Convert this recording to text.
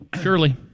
surely